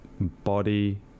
body